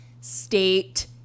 State